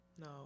No